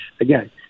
again